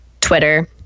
Twitter